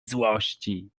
złości